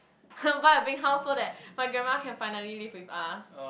buy a big house so that my grandma can finally live with us